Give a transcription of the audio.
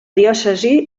diòcesi